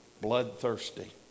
Bloodthirsty